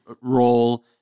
role